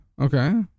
Okay